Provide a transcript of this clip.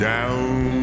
Down